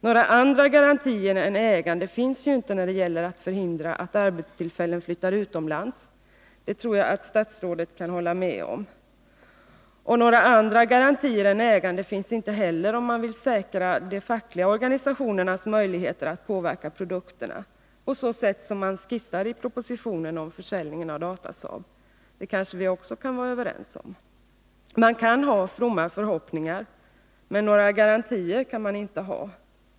Några andra garantier än ägande finns ju inte när det gäller att hindra att arbetstillfällen flyttas utomlands — det tror jag att statsrådet kan hålla med om. Några andra garantier än ägande finns inte heller, om man vill säkra de fackliga organisationernas möjligheter att påverka produkterna på så sätt som man har skisserat i propositionen om försäljning av Datasaab. Det kan vi kanske också vara överens om. Man kan ha fromma förhoppningar, men några garantier kan man inte ha.